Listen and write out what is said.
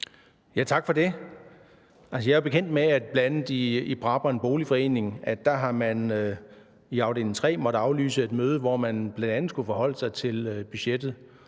Tak for det. Jeg er bekendt med, at man bl.a. i Brabrand Boligforening i Afdeling 3 har måttet aflyse et møde, hvor man bl.a. skulle forholde sig til budgettet,